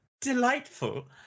Delightful